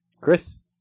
Chris